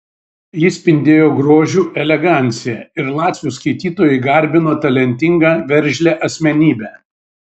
ji spindėjo grožiu elegancija ir latvių skaitytojai garbino talentingą veržlią asmenybę